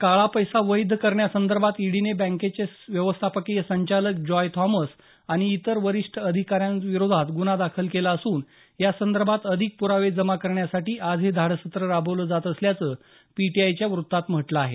काळा पैसा वैध करण्यासंदर्भात ईडीने बँकेचे व्यवस्थापकीय संचालक जॉय थॉमस आणि इतर वरिष्ठ अधिकाऱ्यांविरोधात गुन्हा दाखल केला असून यासंदर्भात अधिक पुरावे जमा करण्यासाठी आज हे धाडसत्र राबवलं जात असल्याचं पीटीआयच्या वृत्तात म्हटलं आहे